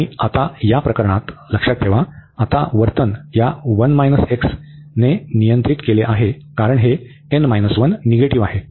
आणि आता या प्रकरणात लक्षात ठेवा आता वर्तन या ने नियंत्रित केले आहे कारण हे निगेटिव्ह आहे